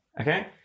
Okay